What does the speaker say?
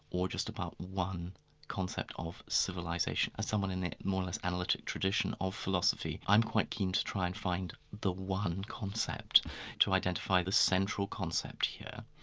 or just about one concept of civilisation, as someone in the more or less analytic tradition of philosophy. i'm quite keen to try and find the one concept to identify the central concept here,